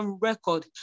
record